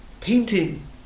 painting